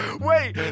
Wait